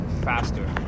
faster